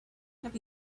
have